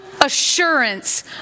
assurance